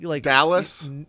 Dallas